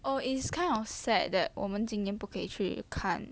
oh it's kind of sad that 我们今年不可以去看